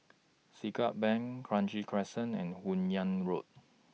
Siglap Bank Kranji Crescent and Hun Yeang Road